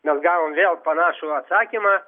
mes gavom vėl panašų atsakymą